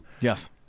Yes